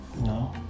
No